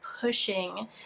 pushing